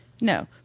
No